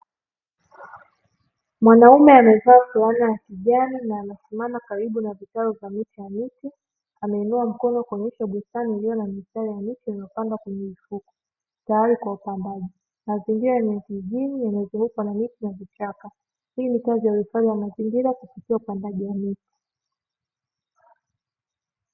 Mwanaume aliyevaa suruali ya kijani na amesimama karibu na kitalu cha miche ya miti ameinua mkono kuonyesha bustani iliyo na kitalu cha miti iliyopandwa kwenye mifuko tayari kwa upandaji mazingira ni ya kijijini yaliyozungukwa na miti na vichaka hii ni kazi ya ustawi wa mazingira kupitia upandaji wa miti.